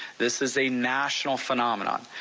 this is a national phenomenon,